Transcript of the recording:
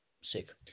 sick